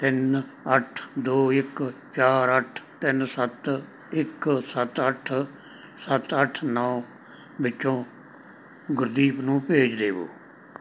ਤਿੰਨ ਅੱਠ ਦੋ ਇੱਕ ਚਾਰ ਅੱਠ ਤਿੰਨ ਸੱਤ ਇੱਕ ਸੱਤ ਅੱਠ ਸੱਤ ਅੱਠ ਨੌਂ ਵਿੱਚੋਂ ਗੁਰਦੀਪ ਨੂੰ ਭੇਜ ਦੇਵੋਂ